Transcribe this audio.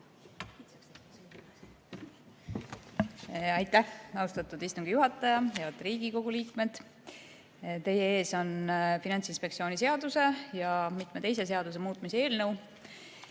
Aitäh, austatud istungi juhataja! Head Riigikogu liikmed! Teie ees on Finantsinspektsiooni seaduse ja mitme teise seaduse muutmise seaduse